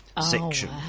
section